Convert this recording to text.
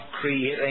creating